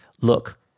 look